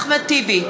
אחמד טיבי,